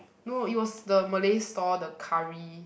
no it was the Malay store the curry